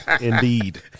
indeed